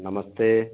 नमस्ते